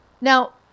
Now